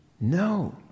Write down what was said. No